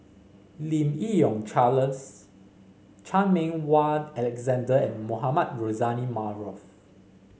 Lim Yi Yong Charles Chan Meng Wah Alexander and Mohamed Rozani Maarof